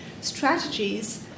strategies